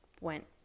went